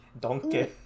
Donkey